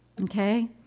okay